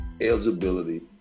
eligibility